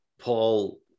Paul